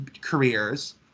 careers